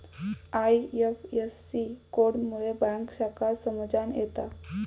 IFSC code मुळे bank शाखा समजान येता